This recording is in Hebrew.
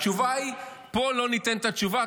התשובה היא: פה לא ניתן את התשובה,